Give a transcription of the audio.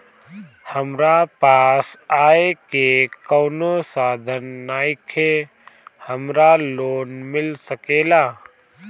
हमरा पास आय के कवनो साधन नईखे हमरा लोन मिल सकेला?